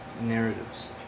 narratives